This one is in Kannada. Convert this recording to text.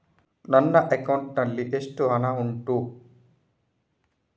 ನನ್ನ ಅಕೌಂಟ್ ನಲ್ಲಿ ಎಷ್ಟು ಹಣ ಉಂಟು?